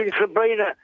Sabrina